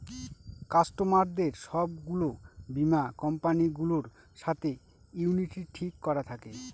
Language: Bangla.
কাস্টমারদের সব গুলো বীমা কোম্পানি গুলোর সাথে ইউনিটি ঠিক করা থাকে